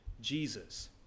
Jesus